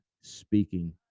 speaking